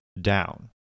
down